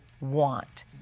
want